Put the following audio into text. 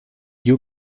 you